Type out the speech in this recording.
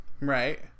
right